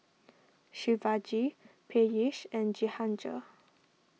Shivaji Peyush and Jehangirr